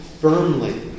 firmly